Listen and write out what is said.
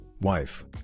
wife